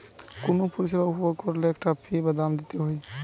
কুনো পরিষেবা উপভোগ কোরলে একটা ফী বা দাম দিতে হই